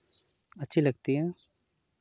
अच्छी लगती हैं